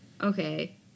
Okay